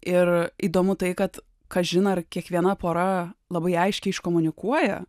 ir įdomu tai kad kažin ar kiekviena pora labai aiškiai iškomunikuoja